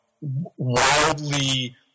wildly